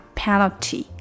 penalty